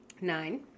Nine